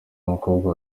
mukobwa